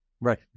Right